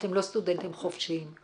ואתם לא סטודנטים חופשיים.